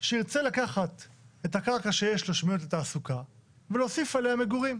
שירצה לקחת את הקרקע שיש לו לתעסוקה ולהוסיף עליה מגורים,